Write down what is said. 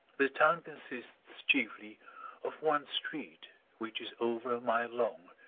the town consists chiefly of one street which is over a mile long,